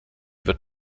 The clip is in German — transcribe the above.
wird